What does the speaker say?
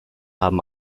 haben